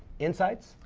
insights?